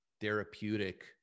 therapeutic